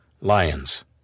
Lions